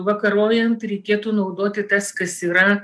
vakarojant reikėtų naudoti tas kas yra